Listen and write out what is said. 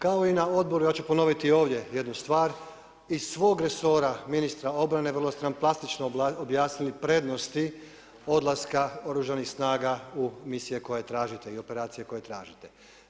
Kao i na odboru ja ću ponoviti i ovdje jednu stvar, iz svog resora ministra obrane vrlo ste nam plastično objasnili prednosti odlaska Oružanih snaga u misije koje tražite i operacije koje tražite.